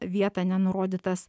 vietą nenurodytas